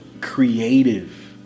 creative